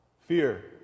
fear